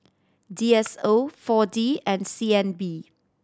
D S O Four D and C N B